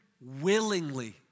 willingly